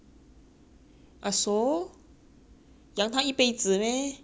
养她一辈子 meh